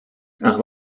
ach